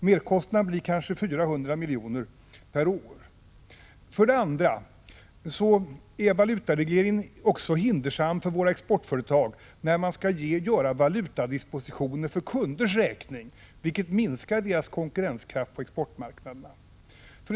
Merkostnaden blir kanske 400 milj.kr. per år. 2. Valutaregleringen är också hindersam för våra exportföretag när de skall göra valutadispositioner för kunders räkning, vilket minskar deras konkurrenskraft på exportmarknaden. 3.